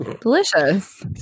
delicious